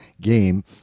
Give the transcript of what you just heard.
game